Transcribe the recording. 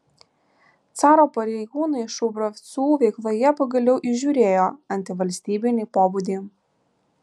caro pareigūnai šubravcų veikloje pagaliau įžiūrėjo antivalstybinį pobūdį